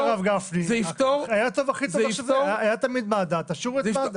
היה תמיד מד"א תשאירו את מד"א.